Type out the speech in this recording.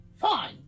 Fine